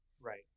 Right